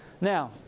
Now